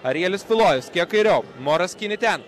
arielius tulojus kiek kairiau moras kini ten